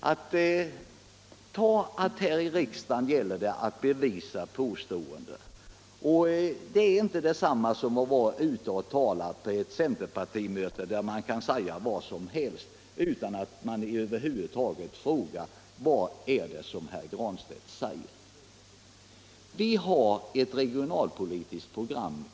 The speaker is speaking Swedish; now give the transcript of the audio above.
Men här i riksdagen gäller det att bevisa ett sådant påstående. Det är inte detsamma som att vara ute och tala på ett partimöte, där herr Granstedt kan säga vad som helst utan att någon över huvud taget frågar vad herr Granstedt menar. Socialdemokraterna har ett regionalpolitiskt program.